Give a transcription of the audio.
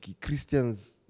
Christians